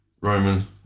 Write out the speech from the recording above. Roman